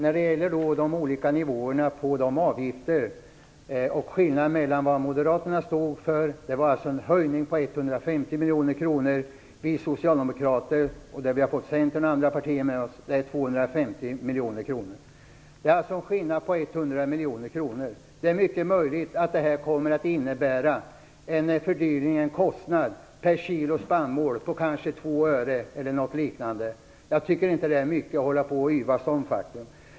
Fru talman! Det moderaterna stod för i fråga om de olika nivåerna på avgifter var en höjning på 150 miljoner kronor. Vi socialdemokrater, och där har vi fått Centern och andra partier med oss, står för 250 miljoner kronor. Det är alltså en skillnad på 100 miljoner kronor. Det är mycket möjligt att detta kommer att innebära en fördyring, en kostnad per kilo spannmål på kanske 2 öre eller något liknande. Jag tycker inte att det är mycket att orda om.